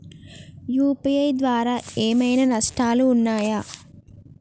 UPI ద్వారా ఏమైనా నష్టాలు ఉన్నయా?